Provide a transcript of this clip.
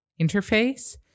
interface